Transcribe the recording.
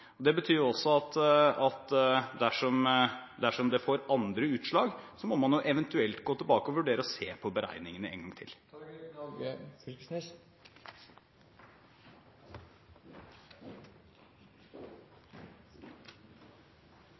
nedgang. Det betyr jo også at dersom det får andre utslag, må man eventuelt gå tilbake og vurdere å se på beregningene en gang